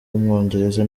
w’umwongereza